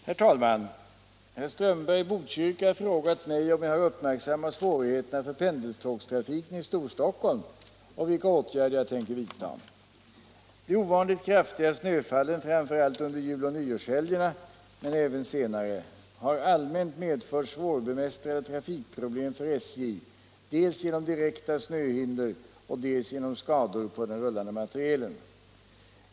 Herr talman! Herr Strömberg i Botkyrka har frågat mig om jag har uppmärksammat svårigheterna för pendeltågstrafiken i Storstockholm och vilka åtgärder jag tänker vidta. De ovanligt kraftiga snöfallen framför allt under jul och nyårshelgerna men även senare har allmänt medfört svårbemästrade trafikproblem för SJ, dels genom direkta snöhinder, dels genom skador på den rullande materielen.